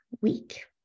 week